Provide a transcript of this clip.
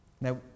now